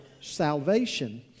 salvation